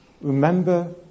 Remember